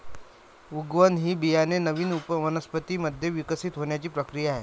उगवण ही बियाणे नवीन वनस्पतीं मध्ये विकसित होण्याची प्रक्रिया आहे